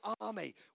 army